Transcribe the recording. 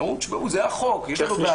הם אמרו: תשמעו, זה החוק, יש פה בעיה.